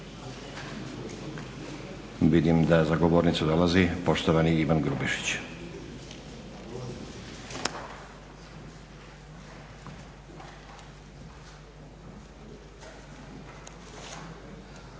Vidim da za govornicu dolazi poštovani Ivan Grubišić.